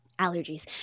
allergies